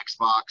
Xbox